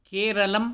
केरलम्